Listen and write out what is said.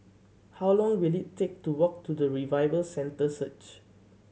how long will it take to walk to the Revival Centre Search